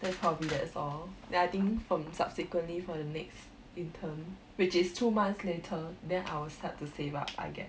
then probably that's all then I think from subsequently for the next intern which is two months later then I will start to save up I guess